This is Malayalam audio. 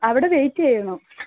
അവിടെ വെയിറ്റ് ചെയ്യണം